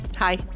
Hi